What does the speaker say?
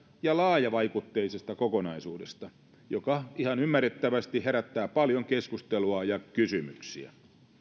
ja laajavaikutteisesta kokonaisuudesta joka ihan ymmärrettävästi herättää paljon keskustelua ja kysymyksiä